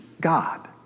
God